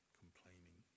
complaining